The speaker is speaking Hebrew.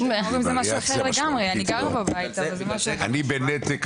אבל נתק מההורים זה משהו אחר לגמרי.